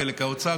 בחלק האוצר,